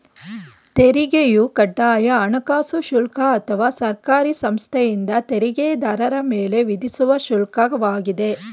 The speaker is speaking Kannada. ತೆರಿಗೆಯು ಕಡ್ಡಾಯ ಹಣಕಾಸು ಶುಲ್ಕ ಅಥವಾ ಸರ್ಕಾರಿ ಸಂಸ್ಥೆಯಿಂದ ತೆರಿಗೆದಾರರ ಮೇಲೆ ವಿಧಿಸುವ ಶುಲ್ಕ ವಾಗಿದೆ